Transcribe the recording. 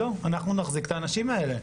אנחנו נחזיק את האנשים האלה.